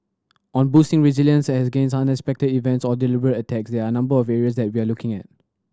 on boosting resilience against unexpected events or deliberate attack there are number of areas that we are looking at